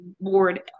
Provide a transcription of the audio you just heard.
board